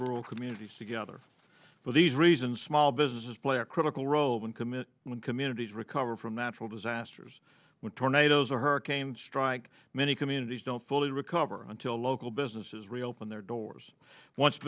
rural communities together for these reasons small businesses play a critical role when commit and when communities recover from natural disasters when tornadoes or hurricanes strike many communities don't fully recover until local businesses reopen their doors once